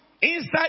Inside